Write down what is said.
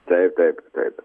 taip taip taip